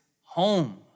home